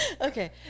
okay